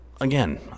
again